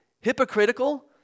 hypocritical